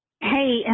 Hey